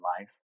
life